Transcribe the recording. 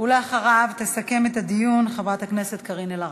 אחריו, תסכם את הדיון חברת הכנסת קארין אלהרר.